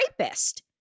rapist